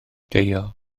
deio